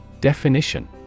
Definition